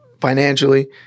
financially